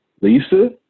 Lisa